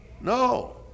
No